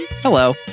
Hello